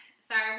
Sorry